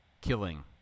killing